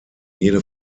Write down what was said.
jede